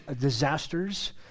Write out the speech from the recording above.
disasters